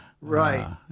right